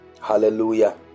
Hallelujah